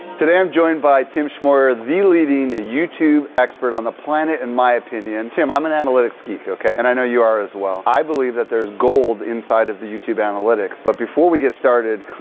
today, i'm joined by tim schmoyer, the leading youtube expert on the planet, in my opinion. tim, i'm an analytics geek, okay, and i know you are as well. i believe that there's gold inside of the youtube analytics but before we get started,